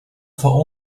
for